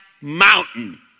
mountain